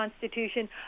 Constitution